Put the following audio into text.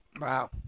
wow